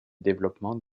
développement